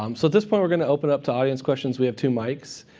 um so this part, we're going to open up to audience questions. we have two mics.